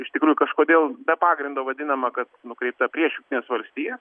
iš tikrųjų kažkodėl be pagrindo vadinama kad nukreipia prieš jungtines valstijas